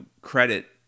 credit